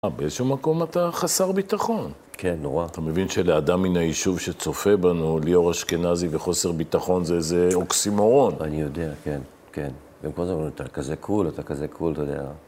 אה, באיזשהו מקום אתה חסר ביטחון. כן, נורא. אתה מבין שלאדם מן היישוב שצופה בנו ליאור אשכנזי וחוסר ביטחון זה איזה אוקסימורון? אני יודע, כן, כן. במקום זה אומרים, אתה כזה קול, אתה כזה קול, אתה יודע.